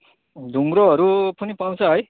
ढुङ्रोहरू पनि पाउँछ है